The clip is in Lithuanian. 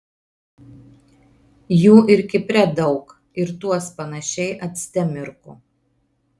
jų ir kipre daug ir tuos panašiai acte mirko